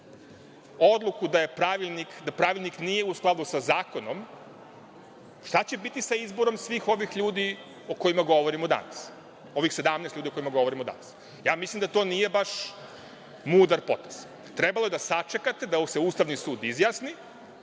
odluku da pravilnik nije u skladu sa zakonom šta će biti sa izborom svih ovih ljudi o kojima govorimo danas? Ovih 17 ljudi o kojima govorimo danas. Mislim da to nije baš mudar potez, trebalo je da sačekate da se Ustavni sud izjasni,